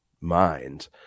mind